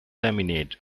laminate